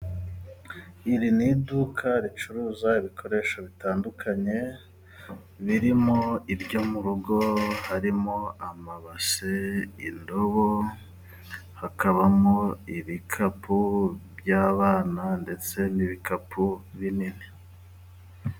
Iri ni iduka ricuruza ibikoresho bitandukanye, birimo ibyo mu rugo harimo amabase indobo, hakabamo ibikapu by'abana ndetse n'ibikapu binini.